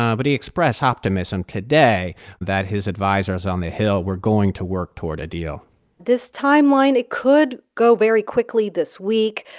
um but he expressed optimism today that his advisers on the hill were going to work toward a deal this timeline it could go very quickly this week.